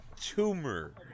tumor